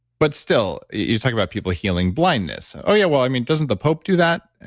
but still, you're talking about people healing blindness. oh yeah. well, i mean, doesn't the pope to that?